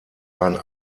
einen